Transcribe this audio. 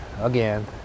again